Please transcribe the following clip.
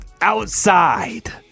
outside